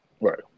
Right